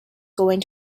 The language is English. going